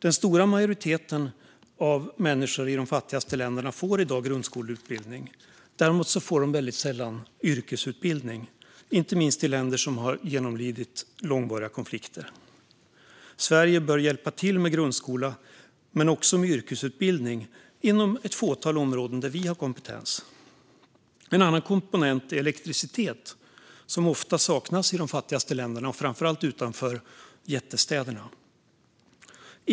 Den stora majoriteten av människor i de fattigaste länderna får i dag grundskoleutbildning, men däremot får de väldigt sällan yrkesutbildning. Det gäller inte minst i länder som har genomlidit långvariga konflikter. Sverige bör hjälpa till med inte bara grundskola utan även yrkesutbildning inom ett fåtal områden där vi har kompetens. En annan komponent är elektricitet, vilket ofta saknas i de fattigaste länderna - framför allt utanför jättestäderna.